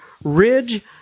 ridge